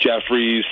Jeffries